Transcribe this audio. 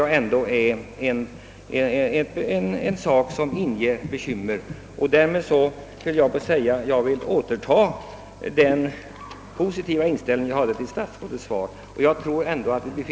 Med detta statsrådets senaste inlägg befinner vi oss i samma läge som vi var före interpellationssvaret och jag har en känsla av att man därför knappast, kan stå för uttalandet om att statsrådet skulle ha gett ett relativt positivt svar på mina frågor.